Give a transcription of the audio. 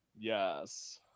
Yes